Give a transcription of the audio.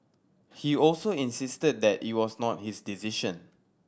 he also insisted that it was not his decision